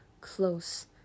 close